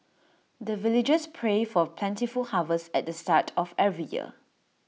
the villagers pray for plentiful harvest at the start of every year